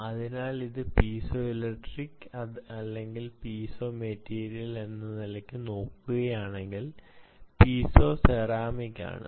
അതിനാൽ ഇത് piezo electric അല്ലെങ്കിൽ പീസോ മെറ്റീരിയൽ എന്ന നിലക്ക് നോക്കുകയാണെങ്കിൽ പീസോസെറാമിക് ആണ്